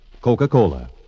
Coca-Cola